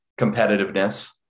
competitiveness